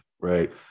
right